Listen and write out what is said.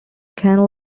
ken